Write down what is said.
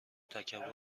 تکبر